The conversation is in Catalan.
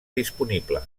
disponible